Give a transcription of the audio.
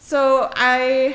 so i